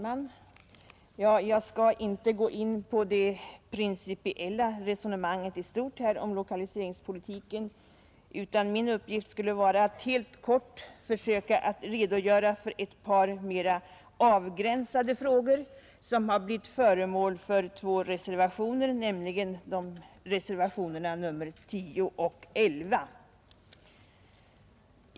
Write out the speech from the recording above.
Herr talman! Jag skall här inte gå in på det principiella resonemanget i stort om lokaliseringspolitiken utan min uppgift skulle vara att helt kort försöka redogöra för ett par mera avgränsade frågor som har blivit föremål för två reservationer, nr 10 och 11.